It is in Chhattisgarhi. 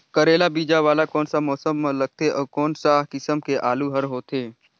करेला बीजा वाला कोन सा मौसम म लगथे अउ कोन सा किसम के आलू हर होथे?